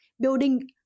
building